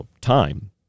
time